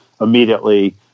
immediately